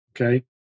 Okay